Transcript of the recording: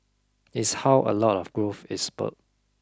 is how a lot of growth is spurred